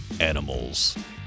Animals